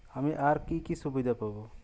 আমি আর কি কি সুবিধা পাব?